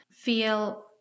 feel